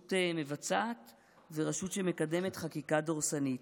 רשות שמבצעת ורשות שמקדמת חקיקה דורסנית.